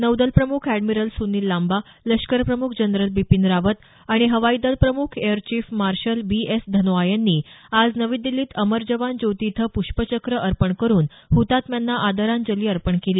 नौदल प्रमुख अॅडमिरल सुनिल लांबा लष्कर प्रमुख जनरल बिपीन रावत आणि हवाई दल प्रमुख air chief marshal B S Dhanoa यांनी आज नवी दिल्लीत अमर जवान ज्योती इथं प्ष्पचक्र अर्पण करुन ह्तात्म्यांना आदरांजली अर्पण केली